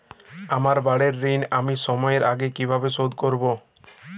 আমার বাড়ীর ঋণ আমি সময়ের আগেই কিভাবে শোধ করবো?